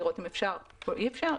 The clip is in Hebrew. לראות אם אפשר או אי אפשר.